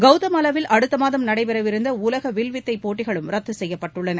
கவுதமாலாவில் அடுத்த மாதம் நடைபெறவிருந்த உலக வில்வித்தைப் போட்டிளும் ரத்து செய்யப்பட்டுள்ளன